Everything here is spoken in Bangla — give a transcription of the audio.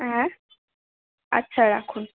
হ্যাঁ আচ্ছা রাখুন